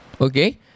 okay